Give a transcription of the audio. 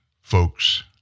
folks